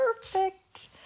perfect